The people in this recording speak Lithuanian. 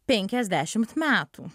penkiasdešimt metų